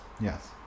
Yes